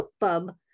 Bookbub